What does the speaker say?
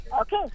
okay